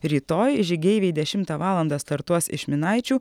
rytoj žygeiviai dešimtą valandą startuos iš minaičių